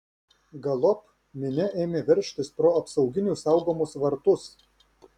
galop minia ėmė veržtis pro apsauginių saugomus vartus